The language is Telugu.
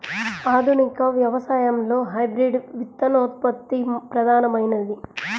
ఆధునిక వ్యవసాయంలో హైబ్రిడ్ విత్తనోత్పత్తి ప్రధానమైనది